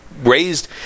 raised